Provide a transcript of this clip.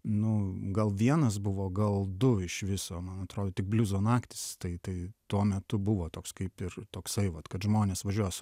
nu gal vienas buvo gal du iš viso man atrodo tik bliuzo naktys tai tai tuo metu buvo toks kaip ir toksai vat kad žmonės važiuos